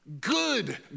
Good